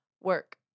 work